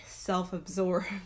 self-absorbed